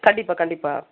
கண்டிப்பாக கண்டிப்பாக